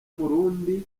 murundi